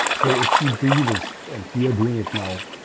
so, if we do this and we are doing it now,